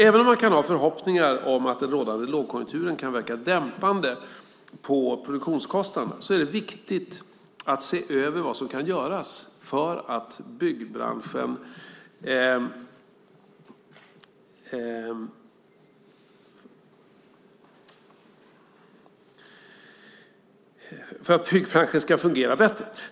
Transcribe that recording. Även om man kan ha förhoppningar om att den rådande lågkonjunkturen kan verka dämpande på produktionskostnaderna är det viktigt att se över vad som kan göras för att byggbranschen ska fungera bättre.